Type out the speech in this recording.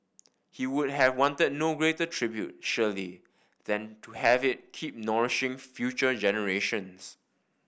he would have wanted no greater tribute surely than to have it keep nourishing future generations